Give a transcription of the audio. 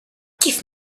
give